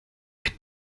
mit